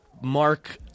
Mark